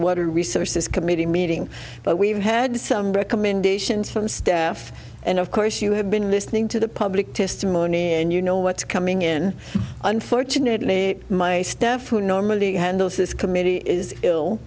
water resources committee meeting but we've had some recommendations from staff and of course you have been listening to the public testimony and you know what's coming in unfortunately my staff who normally handles this committee is ill